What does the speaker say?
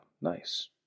Nice